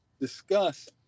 discuss